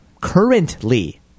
currently